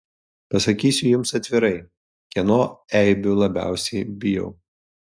pasakysiu jums atvirai kieno eibių labiausiai bijau